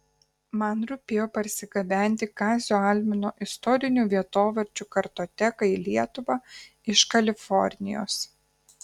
man rūpėjo parsigabenti kazio almino istorinių vietovardžių kartoteką į lietuvą iš kalifornijos